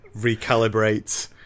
recalibrate